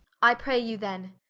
i pray you then,